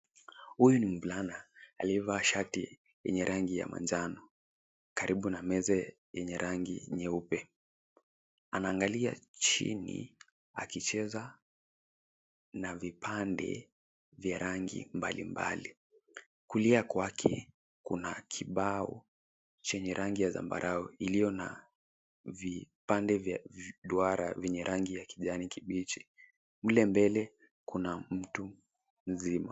Huyu ni mvulana aliyevaa shati yenye rangi ya manjano karibu na meza yenye rangi nyeupe. Anaangalia chini akicheza na vipande vya rangi mbalimbali. Kulia kwake kuna kibao chenye rangi ya zambarau iliyo na vipande vya duara vyenye rangi ya kijani kibichi. Mle mbele kuna mtu mzima.